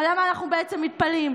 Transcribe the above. אבל למה אנחנו בעצם מתפלאים?